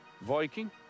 Viking